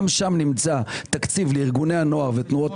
גם שם נמצא תקציב לארגוני הנוער ותנועות